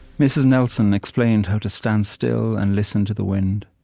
mrs. nelson explained how to stand still and listen to the wind,